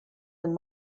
and